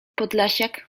podlasiak